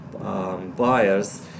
Buyers